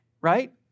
Right